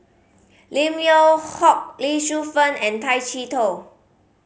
Lim Yew Hock Lee Shu Fen and Tay Chee Toh